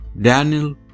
Daniel